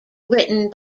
written